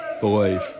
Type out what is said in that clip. believe